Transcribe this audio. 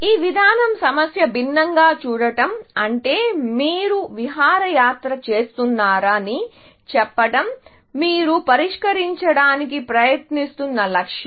ఈ విధానం సమస్యను భిన్నంగా చూడటం అంటే మీరు విహారయాత్ర చేస్తున్నార ని చెప్పడం మీరు పరిష్కరించడానికి ప్రయత్నిస్తున్న లక్ష్యం